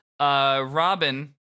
Robin